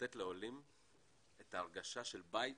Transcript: לתת לעולים את הרגשה של בית